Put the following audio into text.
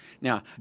Now